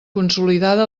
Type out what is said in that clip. consolidada